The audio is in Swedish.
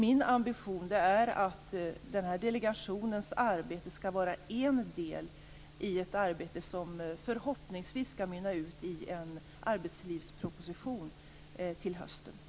Min ambition är att delegationens arbete skall vara en del i ett arbete som förhoppningsvis skall mynna ut i en arbetslivsproposition till hösten.